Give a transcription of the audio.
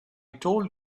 told